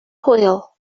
hwyl